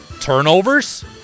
Turnovers